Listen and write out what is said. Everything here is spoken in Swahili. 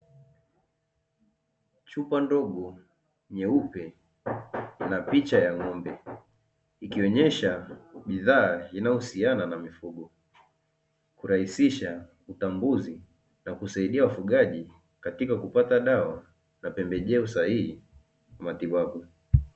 Chupa ndogo nyeupe, ina picha ya ng’ombe, ikionyesha bidhaa inayohusiana na mifugo, kurahisisha utambuzi na kusaidia wafugaji katika kupata dawa na pembejeo sahihi kwa matibabu.